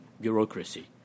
bureaucracy